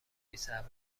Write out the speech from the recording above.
بیصبرانه